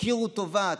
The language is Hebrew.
תכירו טובה,